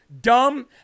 dumb